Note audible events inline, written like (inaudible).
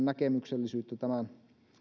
(unintelligible) näkemyksellisyyttä tämän